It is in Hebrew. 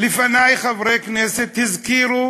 חברי כנסת הזכירו